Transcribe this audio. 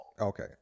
Okay